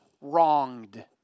wronged